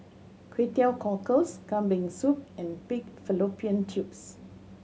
Kway Teow Cockles Kambing Soup and pig fallopian tubes